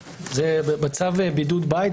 בצו בידוד בית.